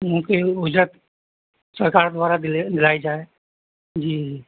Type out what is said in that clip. ان کی اجرت سرکار دوارا دلے دلائی جائے جی